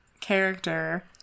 character